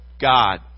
God